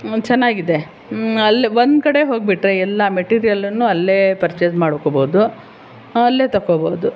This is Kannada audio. ಚೆನ್ನಾಗಿದೆ ಅಲ್ಲಿ ಒಂದ್ಕಡೆ ಹೋಗ್ಬಿಟ್ರೆ ಎಲ್ಲ ಮೆಟೀರಿಯಲ್ಲೂನು ಅಲ್ಲೇ ಪರ್ಚೇಸ್ ಮಾಡ್ಕೊಳ್ಬೋದು ಅಲ್ಲೇ ತಗೊಳ್ಬೋದು